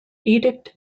edict